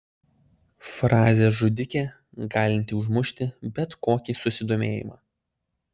frazė žudikė galinti užmušti bet kokį susidomėjimą